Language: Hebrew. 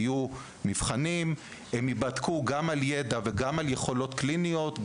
כי יהיו מבחנים של ידע ומבחנים על יכולות קליניות,